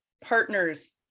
partners